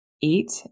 eat